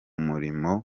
murimo